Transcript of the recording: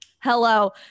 hello